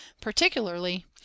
particularly